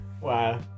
Wow